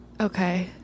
Okay